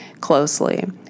closely